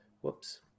Whoops